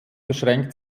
beschränkt